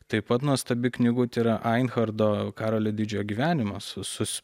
taip pat nuostabi knygut yra ainchardo karolio didžiojo gyvenimas su su